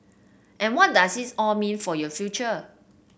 and what does it all mean for your future